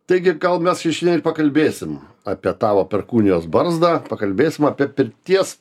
taigi gal mes jau šiandien ir pakalbėsim apie tavo perkūnijos barzdą pakalbėsim apie pirties